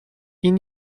این